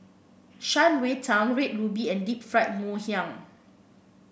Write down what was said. Shan Rui Tang Red Ruby and Deep Fried Ngoh Hiang